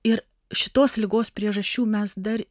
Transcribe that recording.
ir šitos ligos priežasčių mes dar